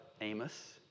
Amos